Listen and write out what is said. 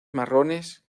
marrones